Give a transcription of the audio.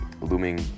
looming